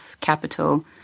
capital